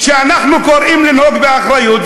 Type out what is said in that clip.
כשאנחנו קוראים לנהוג באחריות,